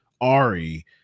ari